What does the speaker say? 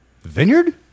vineyard